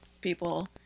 people